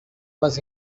was